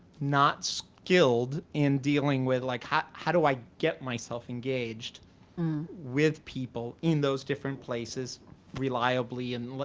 not skilled in dealing with like how how do i get myself engaged with people in those different places reliably. and,